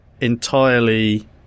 entirely